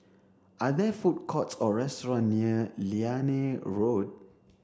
are there food courts or restaurant near Liane Road